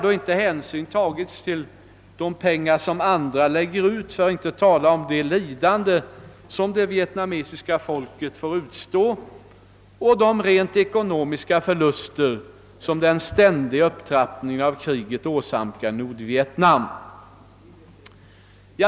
Då har hänsyn ändå inte tagits till de pengar som andra lägger ut, för att inte tala om det lidande som det vietnamesiska folket får utstå och de rent ekonomiska förluster som den ständiga upptrappningen av kriget åsamkar Nordvietnam.